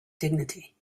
dignity